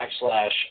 backslash